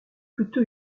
plutôt